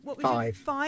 five